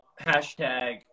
hashtag